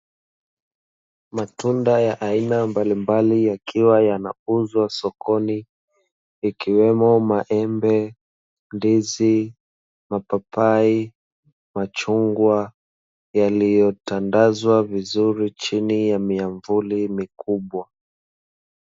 Matunda ya aina mbalimbali yakiwa yanauzwa sokoni ikiwemo maembe, ndizi, mapapai, machungwa yaliyotandazwa vizuri chini ya miamvuli mikubwa.